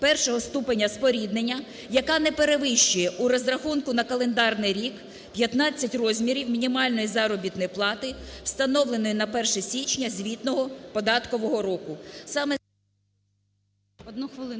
першого ступеня споріднення, яка не перевищує (у розрахунку на календарний рік) 15 розмірів мінімальної заробітної плати, встановленої на 1 січня звітного (податкового) року."